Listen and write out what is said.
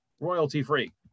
royalty-free